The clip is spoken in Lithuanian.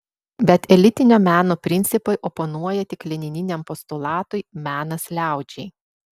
bet elitinio meno principai oponuoja tik lenininiam postulatui menas liaudžiai